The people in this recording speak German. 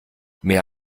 mehr